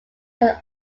can